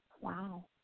Wow